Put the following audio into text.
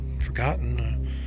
forgotten